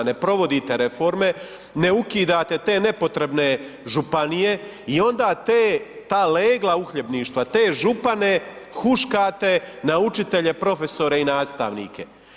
Ne provodite reforme, ne ukidate te nepotrebne županije i onda te, ta legla uhljebništva, te župane huškate na učitelje, profesore i nastavnike.